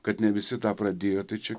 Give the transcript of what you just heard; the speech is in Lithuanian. kad ne visi tą pradėjo tai čia